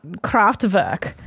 Kraftwerk